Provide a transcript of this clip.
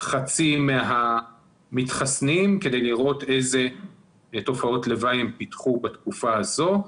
חצי מהמתחסנים כדי לראות איזה תופעות לוואי הם פיתחו בתקופה הזאת.